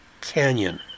canyon